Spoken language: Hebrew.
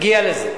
נגיע לזה.